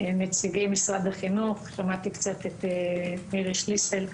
נציגי משרד החינוך, שמעתי את מירי שליסל,